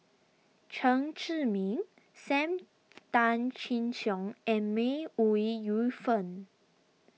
Chen Zhiming Sam Tan Chin Siong and May Ooi Yu Fen